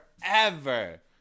forever